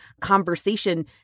conversation